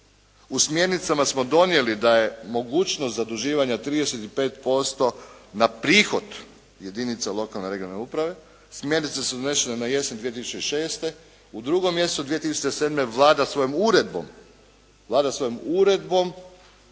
U smjernicama smo donijeli da je mogućnost zaduživanja 35% na prihod jedinica lokalne regionalne uprave. Smjernice su donesene na jesen 2006., u 2. mjesecu 2007. Vlada svojom uredbom,